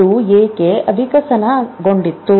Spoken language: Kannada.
ಅದು ಏಕೆ ವಿಕಸನಗೊಂಡಿತು